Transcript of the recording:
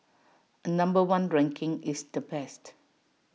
A number one ranking is the best